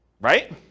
right